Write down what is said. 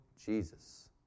Jesus